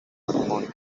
matrimonio